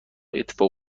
اتفاق